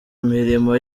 mirimo